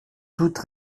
toute